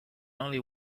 only